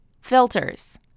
filters